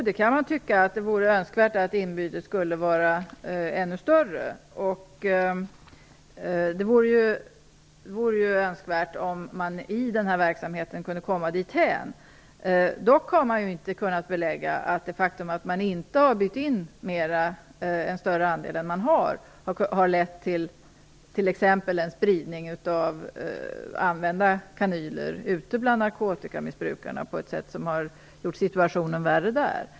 Herr talman! Ja, det vore ju önskvärt att man i den här verksamheten kom dithän att inbytet av sprutor var ännu större. Dock har det inte kunnat beläggas att det faktum att man inte har bytt in en större andel har lett till t.ex. en spridning av använda kanyler ute bland narkotikamissbrukarna, på ett sätt som har gjort situationen värre där.